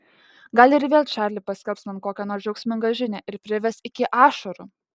gal ir vėl čarli paskelbs man kokią nors džiaugsmingą žinią ir prives iki ašarų